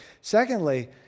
Secondly